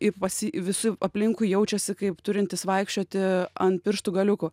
į pas jį visi aplinkui jaučiasi kaip turintys vaikščioti ant pirštų galiukų